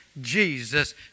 Jesus